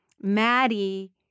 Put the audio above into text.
Maddie